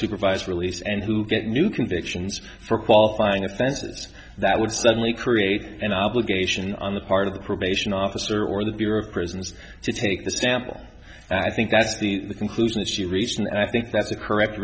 supervised release and who get new convictions for qualifying offenses that would suddenly create an obligation on the part of the probation officer or the bureau of prisons to take the sample and i think that's the conclusion that she reached and i think that's a correct